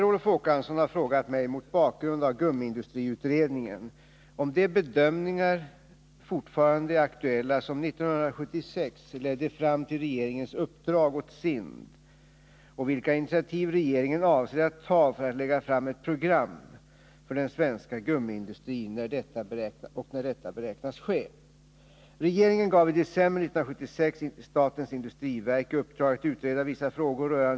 Olika försök att få fram ett program för den svenska gummiindustrin återförs till det uppdrag som regeringen 1976 gav statens industriverk. Resultatet av detta uppdrag skall bl.a. utgöra utgångspunkt för bedömningar av utvecklingstendenser inom branschen. Utredningsarbetet tycks inte bedrivas med någon större iver, och den tidpunkt då arbetet skall avslutas har flyttats fram vid några tillfällen.